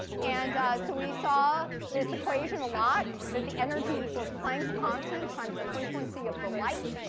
and so, we saw this equation a lot. that the energy equals planck's constant, times the frequency of the light.